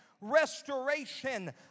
restoration